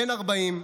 בן 40,